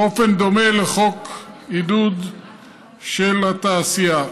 באופן דומה לחוק עידוד של התעשייה.